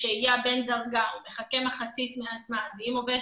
שהייה בין דרגה כמחצית מהזמן כך שאם עובד